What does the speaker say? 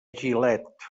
gilet